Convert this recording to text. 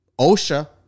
OSHA